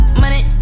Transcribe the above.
money